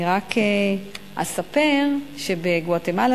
אני רק אספר שבגואטמלה,